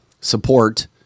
support